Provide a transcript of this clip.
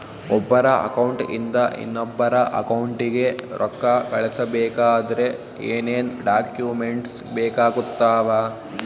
ಒಬ್ಬರ ಅಕೌಂಟ್ ಇಂದ ಇನ್ನೊಬ್ಬರ ಅಕೌಂಟಿಗೆ ರೊಕ್ಕ ಕಳಿಸಬೇಕಾದ್ರೆ ಏನೇನ್ ಡಾಕ್ಯೂಮೆಂಟ್ಸ್ ಬೇಕಾಗುತ್ತಾವ?